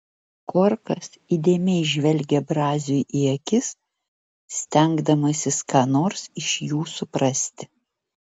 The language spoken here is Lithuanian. korkas įdėmiai žvelgė braziui į akis stengdamasis ką nors iš jų suprasti